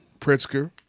Pritzker